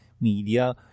media